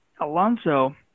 Alonso